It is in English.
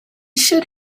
should